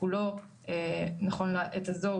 נכון לעת הזאת,